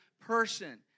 person